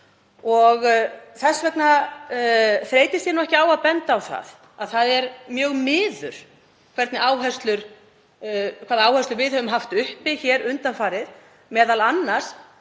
og þess vegna þreytist ég ekki á að benda á að það er mjög miður hvaða áherslur við höfum haft uppi hér undanfarið, m.a. með